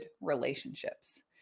relationships